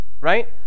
right